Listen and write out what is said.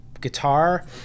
guitar